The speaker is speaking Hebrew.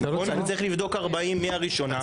מי הראשונה,